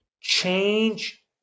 Change